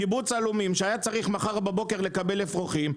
קיבוץ עלומים שהיה צריך מחר בבוקר לקבל אפרוחים,